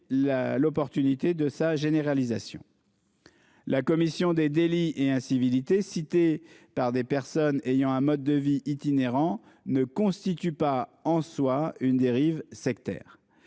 l'opportunité de sa généralisation. La commission des délits et incivilités cités par des personnes ayant un mode de vie itinérant ne constitue pas, en soi, une dérive sectaire.